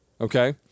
Okay